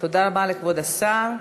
תודה רבה לכבוד השר.